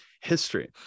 history